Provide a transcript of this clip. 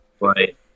Right